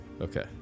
Okay